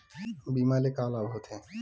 बीमा ले का लाभ होथे?